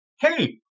hey